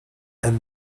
and